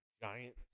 giant